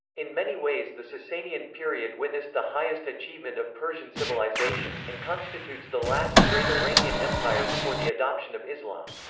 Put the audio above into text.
in many ways the sassanian period witnessed the highest achievement of persian civilization, and constitutes the last great iranian empire before the adoption of islam.